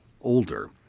older